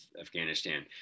Afghanistan